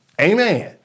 Amen